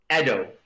Edo